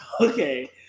Okay